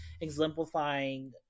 exemplifying